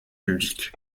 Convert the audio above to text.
publics